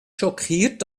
schockiert